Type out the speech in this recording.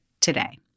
today